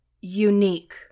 unique